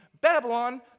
Babylon